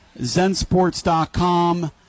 Zensports.com